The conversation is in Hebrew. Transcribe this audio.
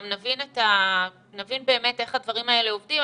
נבין באמת איך הדברים האלה עובדים.